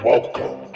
Welcome